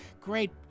great